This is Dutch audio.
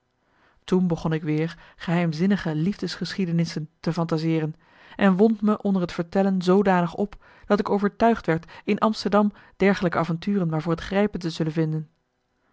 toen begon ik weer geheimzinnige liefdesgeschiedenissen te fantaseeren en wond me onder het vertellen zoodanig op dat ik overtuigd werd in amsterdam dergelijke avonturen maar voor het grijpen te zullen vinden